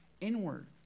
inward